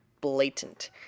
blatant